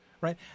right